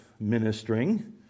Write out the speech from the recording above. ministering